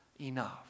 enough